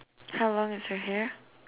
how long is her hair